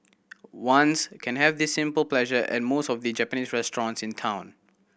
ones can have this simple pleasure at most of the Japanese restaurants in town